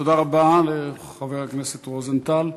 תודה לחבר הכנסת רוזנטל.